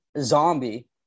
zombie